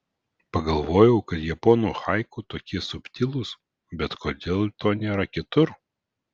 pagalvojau kad japonų haiku tokie subtilūs bet kodėl to nėra kitur